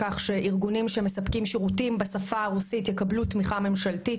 כך שארגונים שמספקים שירותים בשפה הרוסית יקבלו תמיכה ממשלתית,